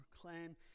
proclaim